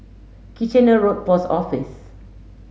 Kitchener Road Post Office